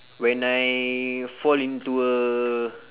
when I fall into a